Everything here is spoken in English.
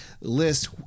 list